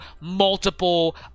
multiple